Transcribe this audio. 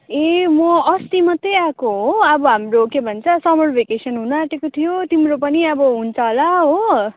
ए म अस्ति मात्रै आएको हो अब हाम्रो के भन्छ समर भ्याकेसन हुनुआँटेको थियो तिम्रो पनि अब हुन्छ होला हो